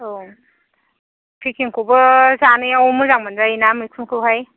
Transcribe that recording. औ पेकिंखौबो जानायाव मोजां मोनजायो ना मैखुनखौहाय